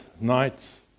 nights